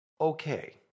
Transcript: Okay